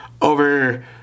over